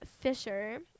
Fisher